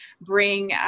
bring